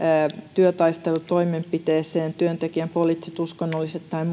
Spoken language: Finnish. työtaistelutoimenpiteeseen työntekijän poliittisiin uskonnollisiin tai